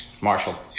Marshall